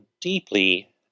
deeply